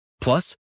Plus